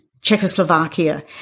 Czechoslovakia